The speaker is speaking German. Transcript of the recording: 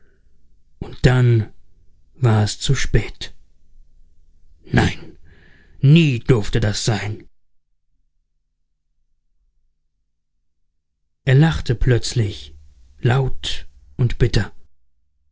und dann war es zu spät nein nie durfte das sein er lachte plötzlich laut und bitter